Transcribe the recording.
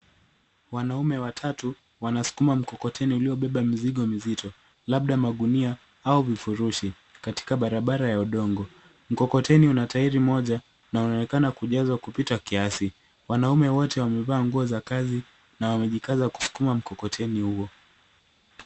Wanaume watatu wanasukuma mkokoteni uliobeba mizigo mizito, labda magunia au vifurushi katika barabara ya udongo. Mkokoteni una tairi moja na unaonekana kujazwa kupita kiasi. Wanaume wote wamevaa nguo za kazi na wamejikaza kusukuma mkokoteni huo.